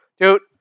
dude